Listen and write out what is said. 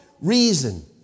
reason